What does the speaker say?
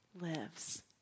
lives